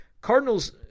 Cardinals